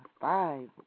Five